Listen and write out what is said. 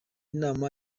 nama